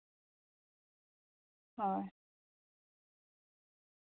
ᱦᱳᱭ